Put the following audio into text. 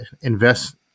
invest